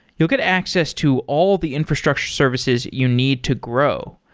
you'll get access to all the infrastructure services you need to grow.